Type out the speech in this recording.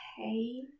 okay